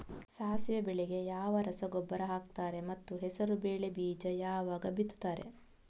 ಸಾಸಿವೆ ಬೆಳೆಗೆ ಯಾವ ರಸಗೊಬ್ಬರ ಹಾಕ್ತಾರೆ ಮತ್ತು ಹೆಸರುಬೇಳೆ ಬೀಜ ಯಾವಾಗ ಬಿತ್ತುತ್ತಾರೆ?